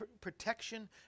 protection